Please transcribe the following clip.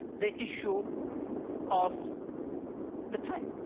the issue of the time.